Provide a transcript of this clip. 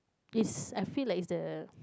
is I feel like is the